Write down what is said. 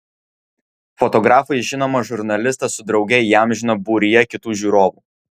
fotografai žinomą žurnalistą su drauge įamžino būryje kitų žiūrovų